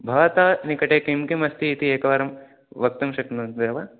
भवतः निकटे किं किमस्ति इति एकवारं वक्तुं शक्नुवन्ति वा